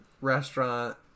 restaurant